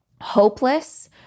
hopeless